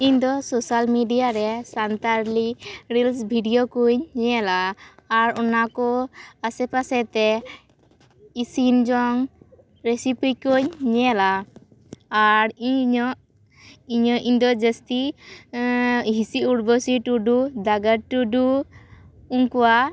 ᱤᱧ ᱫᱚ social media ᱨᱮ ᱥᱟᱱᱛᱟᱞᱤ ᱨᱤᱞᱥ ᱵᱷᱤᱰᱭᱳ ᱠᱩᱧ ᱧᱮᱞᱟ ᱟᱨ ᱚᱱᱟ ᱠᱚ ᱟᱥᱮ ᱯᱟᱥᱮᱛᱮ ᱤᱥᱤᱱ ᱡᱚᱝ ᱨᱤᱥᱤᱯᱤ ᱠᱚᱧ ᱧᱮᱞᱟ ᱟᱨ ᱤᱧᱟᱹᱜ ᱤᱧᱟᱹᱜ ᱤᱧ ᱫᱚ ᱡᱟᱹᱥᱛᱤ ᱦᱤᱥᱤ ᱩᱨᱵᱚᱥᱤ ᱴᱩᱰᱩ ᱰᱟᱜᱚᱨ ᱴᱩᱰᱩ ᱩᱱᱠᱩᱣᱟᱜ